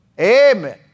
Amen